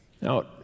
Now